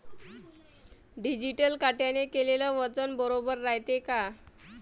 Digital काट्याने केलेल वजन बरोबर रायते का?